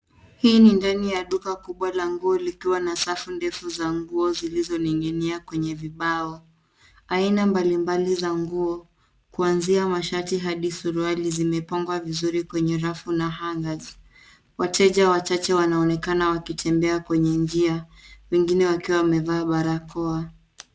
Hii ni ndani ya duka kubwa la nguo likiwa na safu ndefu za nguo zilizoning'inia kwenye vibao. Aina mbalimbali za nguo kuanzia mashati hadi suruali zimepangwa vizuri kwenye rafu na hangers . Wateja wachache wanaonekana wakitembea kwenye njia wengine wakiwa wamevaa barakoa.